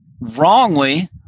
wrongly